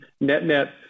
net-net